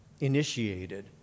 initiated